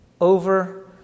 over